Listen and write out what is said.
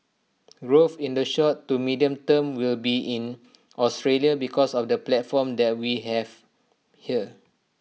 growth in the short to medium term will be in Australia because of the platform that we have here